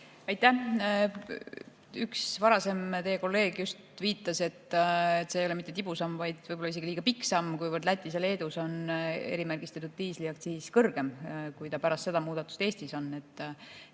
Aitäh! Üks teie kolleeg just viitas, et see ei ole mitte tibusamm, vaid võib-olla isegi liiga pikk samm, kuna Lätis ja Leedus on erimärgistatud diisli aktsiis kõrgem kui pärast seda muudatust Eestis.